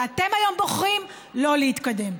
ואתם היום בוחרים לא להתקדם.